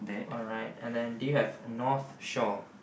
alright and then do you have North Shore